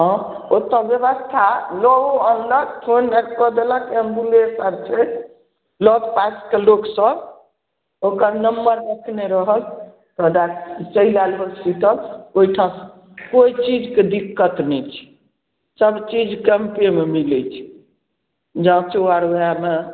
हँ ओतऽ ब्यवस्था लऽओ अनलक फोन धरि कऽ देलक एम्बुलेस आर छै लगपासके लोकसब ओकर नम्बर रखने रहल तऽ डा चलि आएल होस्पिटल ओहिठाँ कोइ चीजके दिक्कत नहि छै सब चीज कैम्पेमे मिलैत छै जाँचो आर ओएहमे